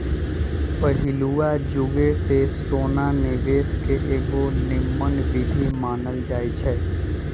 पहिलुआ जुगे से सोना निवेश के एगो निम्मन विधीं मानल जाइ छइ